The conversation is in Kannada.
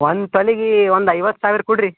ಒಂದು ತೊಲಿಗೆ ಒಂದು ಐವತ್ತು ಸಾವಿರ ಕೊಡ್ರಿ